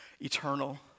eternal